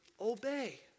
obey